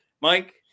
Mike